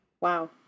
Wow